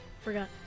forgot